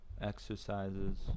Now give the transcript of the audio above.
exercises